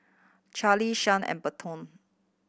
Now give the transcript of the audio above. Carlee Shad and Berton